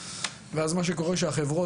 ואז מה שקורה שהחברות,